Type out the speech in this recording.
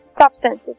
substances